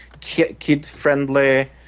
kid-friendly